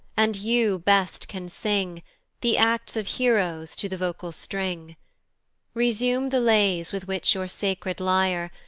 and you best can sing the acts of heroes to the vocal string resume the lays with which your sacred lyre,